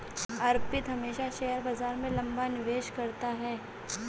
अर्पित हमेशा शेयर बाजार में लंबा निवेश करता है